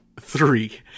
three